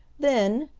then,